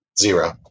Zero